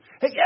Hey